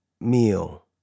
meal